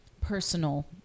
personal